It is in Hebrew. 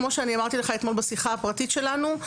כפי שאמרתי לך אתמול בשיחה הפרטית שלנו,